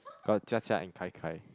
got Jia-Jia and kai-kai